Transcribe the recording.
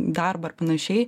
darbą ir panašiai